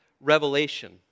revelation